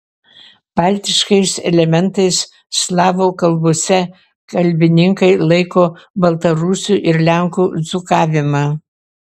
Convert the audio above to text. baltiškais elementais slavų kalbose kalbininkai laiko baltarusių ir lenkų dzūkavimą